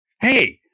Hey